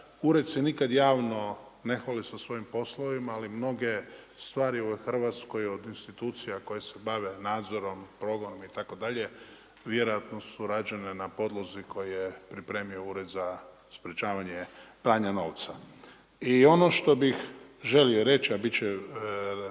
ured se nikad javno ne hvali sa svojim poslovima, ali mnoge stvari u Hrvatskoj od institucija koje se bave nadzorom, progonom, itd. vjerojatno su rađena na podlozi koje je pripremio Ured za sprječavanje pranja novca. I ono što bih želio reći, a bit